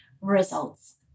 results